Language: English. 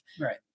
right